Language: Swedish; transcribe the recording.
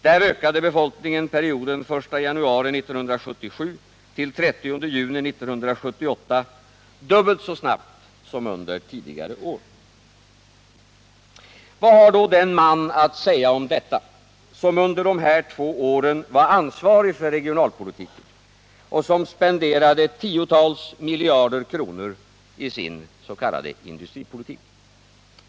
Där ökade befolkningen perioden 1 januari 1977-30 juni 1978 dubbelt så snabbt som under tidigare år. Vad har då den man att säga om detta som under de här två åren var ansvarig för regionalpolitiken och som spenderade tiotals miljarder kronor i sin s.k. industripolitik?